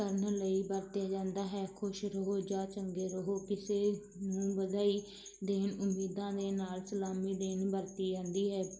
ਕਰਨ ਲਈ ਵਰਤਿਆ ਜਾਂਦਾ ਹੈ ਖੁਸ਼ ਰਹੋ ਜਾਂ ਚੰਗੇ ਰਹੋ ਕਿਸੇ ਨੂੰ ਵਧਾਈ ਦੇਣ ਉਮੀਦਾਂ ਦੇ ਨਾਲ ਸਲਾਮੀ ਦੇਣ ਵਰਤੀ ਜਾਂਦੀ ਹੈ